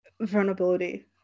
vulnerability